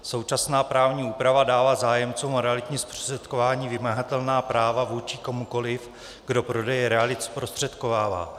Současná právní úprava dává zájemcům o realitní zprostředkování vymahatelná práva vůči komukoliv, kdo prodeje realit zprostředkovává.